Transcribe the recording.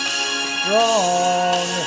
strong